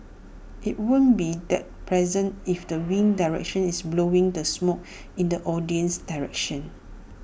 IT won't be that pleasant if the wind direction is blowing the smoke in the audience's direction